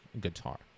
guitar